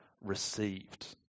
received